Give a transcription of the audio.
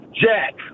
Jack